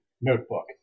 notebook